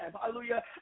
hallelujah